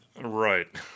Right